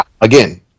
Again